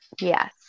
yes